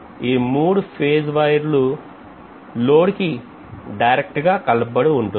ఈ మూడవ phase wire load కి డైరెక్ట్ గా కలపబడి ఉంటుంది